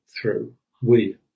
through—we